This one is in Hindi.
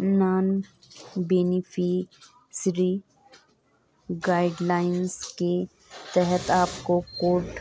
नॉन बेनिफिशियरी गाइडलाइंस के तहत आपको कोड